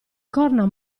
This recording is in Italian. corna